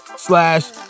slash